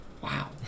wow